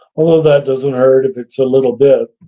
although that doesn't hurt if it's a little bit,